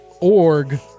org